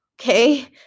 okay